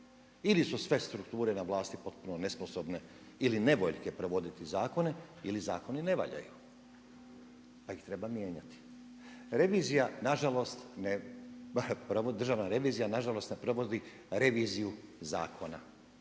Ili su sve strukture na vlasti potpuno nesposobne ili nevoljke provoditi zakone ili zakoni ne valjaju pa ih treba mijenjati. Revizija na žalost, Državna revizija na